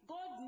God